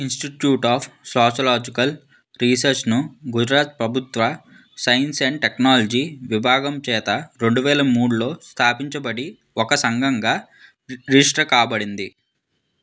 institute of sociological రీసెర్చ్ను గుజరాత్ ప్రభుత్వ science and technology విభాగం చేత రెండు వేల మూడులో స్థాపించబడి ఒక సంఘంగా రిజిష్టర్ కాబడింది